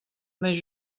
més